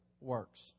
works